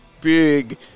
big